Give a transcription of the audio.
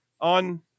on